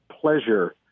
pleasure –